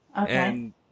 Okay